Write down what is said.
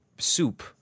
soup